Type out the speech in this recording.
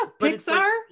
Pixar